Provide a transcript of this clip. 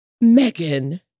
Megan